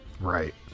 Right